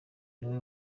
niwe